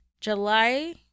July